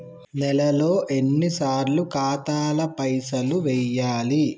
నెలలో ఎన్నిసార్లు ఖాతాల పైసలు వెయ్యాలి?